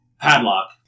Padlock